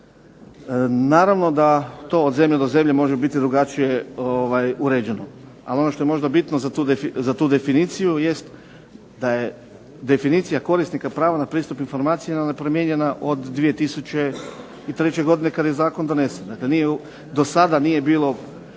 Naravno da to od zemlje do zemlje može biti drugačije uređeno. Ali ono što je bitno za tu definiciju jest da je definicija korisnika prava na pristup informacijama nepromijenjena od 2003. godine kada je zakon donesen.